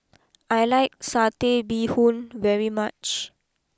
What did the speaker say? I like Satay Bee Hoon very much